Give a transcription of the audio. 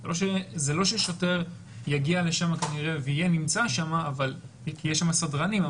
זה לא ששוטר יגיע לשם ויימצא שם, כי יש שם סדרנים.